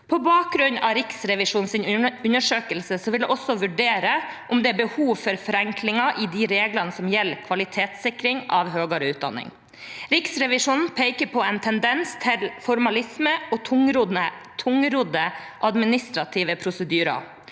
På bakgrunn av Riksrevisjonens undersøkelse vil jeg også vurdere om det er behov for forenklinger i de reglene som gjelder kvalitetssikring av høyere utdanning. Riksrevisjonen peker på en tendens til formalisme og tungrodde administrative prosedyrer,